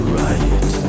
right